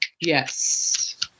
Yes